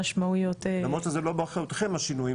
-- גם לדעת מה, למרות שזה לא באחריותכם השינויים.